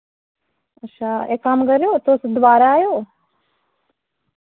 अच्छा इक कम्म करेओ तुस दबारा आएओ